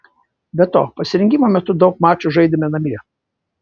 be to pasirengimo metu daug mačų žaidėme namie